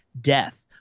death